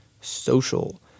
social